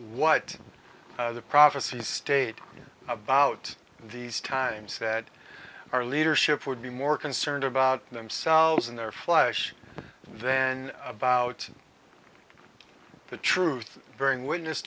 what the prophecies state about these times that our leadership would be more concerned about themselves in their flesh then about the truth varying witness